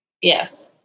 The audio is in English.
Yes